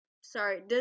sorry